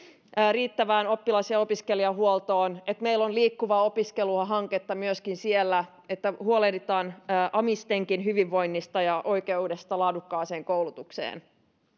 riittävään oppilas ja ja opiskelijahuoltoon siihen että meillä on liikkuva opiskelu hanketta myöskin siellä ja että huolehditaan amistenkin hyvinvoinnista ja oikeudesta laadukkaaseen koulutukseen